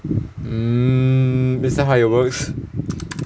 mm that's not how it works